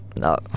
No